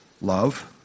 love